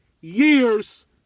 years